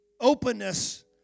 openness